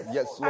Yes